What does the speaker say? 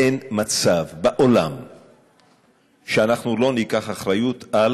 אין מצב בעולם שאנחנו לא ניקח אחריות על